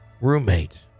roommate